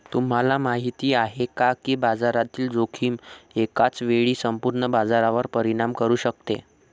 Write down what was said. तुम्हाला माहिती आहे का की बाजारातील जोखीम एकाच वेळी संपूर्ण बाजारावर परिणाम करू शकते?